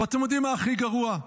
ואתם יודעים מה הכי גרוע?